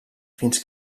fins